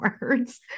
words